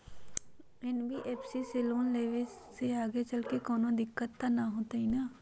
NBFC से loan लेबे से आगेचलके कौनो दिक्कत त न होतई न?